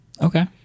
Okay